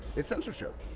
it's censorship.